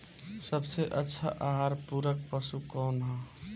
सबसे अच्छा आहार पूरक पशु कौन ह?